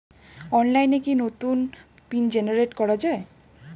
অনলাইনে কি নতুন পিন জেনারেট করা যায়?